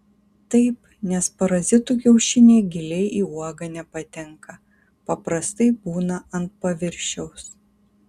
taip nes parazitų kiaušiniai giliai į uogą nepatenka paprastai būna ant paviršiaus